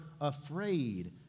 afraid